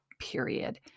period